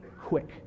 quick